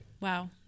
Wow